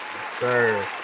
sir